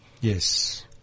Yes